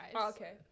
Okay